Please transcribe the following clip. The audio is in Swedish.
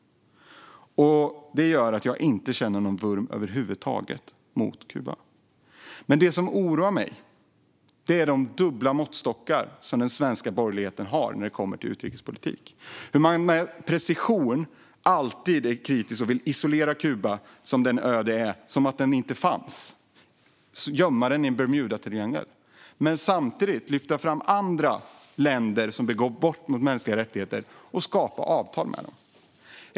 Det gör att jag inte känner någon vurm över huvud taget för Kuba. Det som oroar mig är dock de dubbla måttstockar som den svenska borgerligheten har när det kommer till utrikespolitik. Det oroar mig hur man med precision alltid är kritisk och vill isolera Kuba som den ö det är - låtsas som om den inte fanns och gömma den i Bermudatriangeln - men samtidigt lyfter fram andra länder som begår brott mot mänskliga rättigheter och skapa avtal med dem.